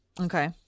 Okay